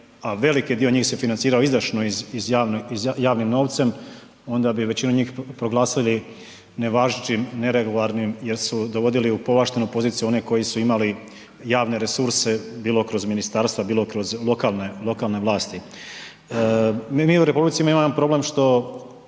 veliki dio njih se financirao izdašno i javnim novcem, onda bi većinu njih proglasili nevažećim, neregularnim jer su dovodili u povlaštenu poziciju one koji su imali javne resurse bilo kroz ministarstva, bilo kroz lokalne vlasti. Mi u republici imamo jedan problem što